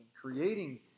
creating